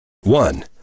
One